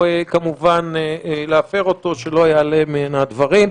וכמובן לא להפר אותו, שלא יעלה מן הדברים.